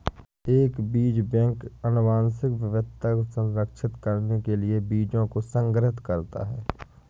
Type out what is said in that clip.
एक बीज बैंक आनुवंशिक विविधता को संरक्षित करने के लिए बीजों को संग्रहीत करता है